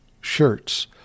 shirts